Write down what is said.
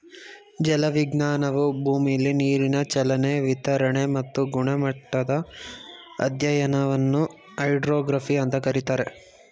ಜಲವಿಜ್ಞಾನವು ಭೂಮಿಲಿ ನೀರಿನ ಚಲನೆ ವಿತರಣೆ ಮತ್ತು ಗುಣಮಟ್ಟದ ಅಧ್ಯಯನವನ್ನು ಹೈಡ್ರೋಗ್ರಫಿ ಅಂತ ಕರೀತಾರೆ